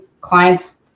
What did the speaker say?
clients